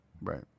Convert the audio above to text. Right